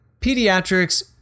Pediatrics